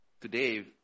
Today